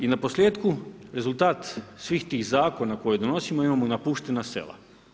I naposljetku, rezultat svih tih zakona koje donosimo imamo napuštena sela.